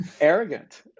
arrogant